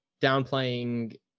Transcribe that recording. downplaying